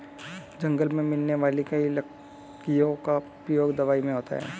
जंगल मे मिलने वाली कई लकड़ियों का उपयोग दवाई मे होता है